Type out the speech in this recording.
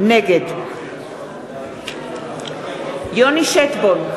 נגד יוני שטבון,